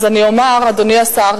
אז אני אומר: אדוני השר,